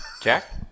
Jack